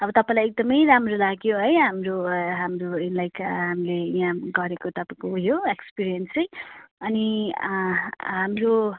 अब तपाईँलाई एकदमै राम्रो लाग्यो है हाम्रो हाम्रो लाइक हामीले यहाँ गरेको तपाईँको यो एक्सपिरिएन्स चाहिँ अनि हाम्रो